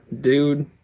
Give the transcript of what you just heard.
dude